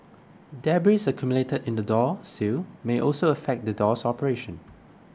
debris accumulated in the door sill may also affect the door's operation